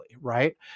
Right